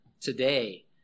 today